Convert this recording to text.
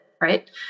right